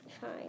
Fine